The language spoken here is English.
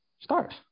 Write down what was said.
stars